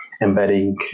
embedding